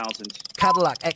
Cadillac